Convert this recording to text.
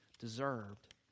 Deserved